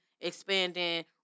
expanding